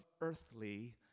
earthly